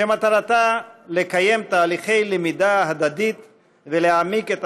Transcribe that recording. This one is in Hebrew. שמטרתה לקיים תהליכי למידה הדדית ולהעמיק את